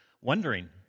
wondering